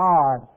God